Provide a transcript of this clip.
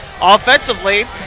Offensively